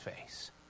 face